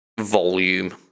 volume